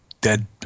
dead